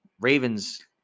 Ravens